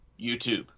YouTube